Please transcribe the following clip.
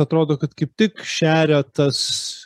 atrodo kad kaip tik šeria tas